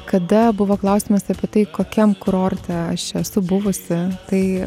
kada buvo klausimas apie tai kokiam kurorte aš esu buvusi tai